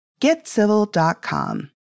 GetCivil.com